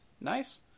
nice